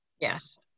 Yes